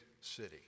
city